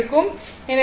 எனவே இது ∠44